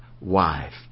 wife